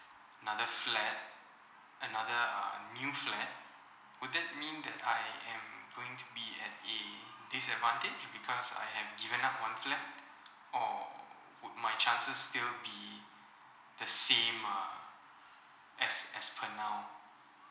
another flat another uh new flat would that mean that I am going to be an a disadvantage because I am given up on flat or would my chances still be the same uh as as per now